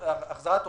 להחזיר כמות